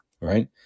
right